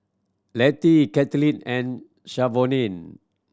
Lettie Katlyn and Shavonne